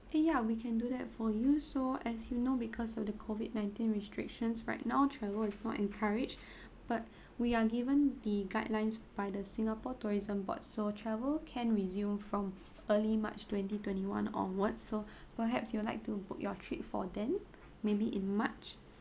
ya we can do that for you so as you know because of the COVID nineteen restrictions right now travel is not encouraged but we are given the guidelines by the singapore tourism board so travel can resume from early march twenty twenty one onwards so perhaps you'd like to book your trip for then maybe in march